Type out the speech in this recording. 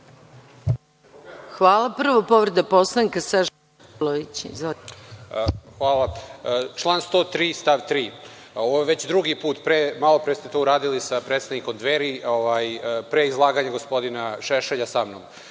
Saša Radulović. **Saša Radulović** Hvala. Član 103. stav 3. Ovo je već drugi put. Malo pre ste to uradili sa predstavnikom Dveri, pre izlaganja gospodina Šešelja sa mnom.